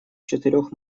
четырех